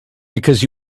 because